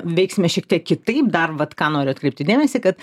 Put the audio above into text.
veiksime šiek tiek kitaip dar vat ką noriu atkreipti dėmesį kad